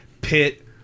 pit